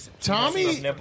Tommy